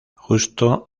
justo